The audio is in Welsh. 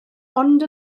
ond